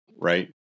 right